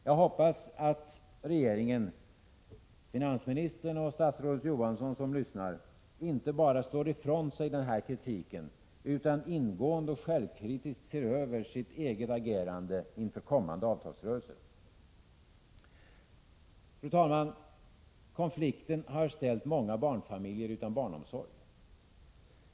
Jag hoppas att regeringen — finansministern och statsrådet Johansson, som lyssnar nu — inte bara slår ifrån sig den här kritiken utan ingående och självkritiskt ser över sitt eget agerande inför kommande avtalsrörelser. Fru talman! Konflikten har ställt många barnfamiljer utan barnomsorg.